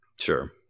Sure